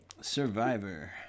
Survivor